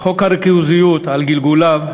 חוק הריכוזיות על גלגוליו,